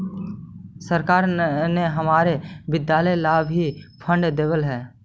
सरकार ने हमारे विद्यालय ला भी फण्ड देलकइ हे